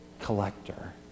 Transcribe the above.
collector